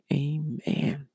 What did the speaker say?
amen